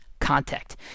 contact